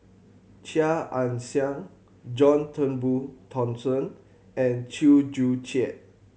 Chia Ann Siang John Turnbull Thomson and Chew Joo Chiat